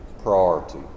priority